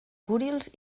kurils